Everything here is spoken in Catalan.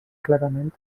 clarament